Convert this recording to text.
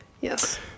Yes